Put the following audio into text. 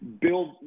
build